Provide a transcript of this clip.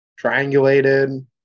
triangulated